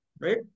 right